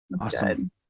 Awesome